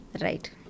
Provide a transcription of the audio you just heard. Right